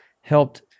helped